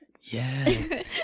Yes